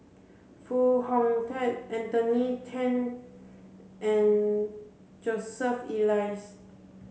Foo Hong Tatt Anthony Then and Joseph Elias